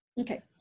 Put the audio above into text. Okay